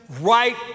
right